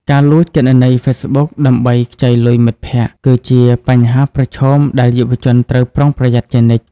ការលួចគណនី Facebook ដើម្បីខ្ចីលុយមិត្តភក្តិ គឺជាបញ្ហាប្រឈមដែលយុវជនត្រូវប្រុងប្រយ័ត្នជានិច្ច។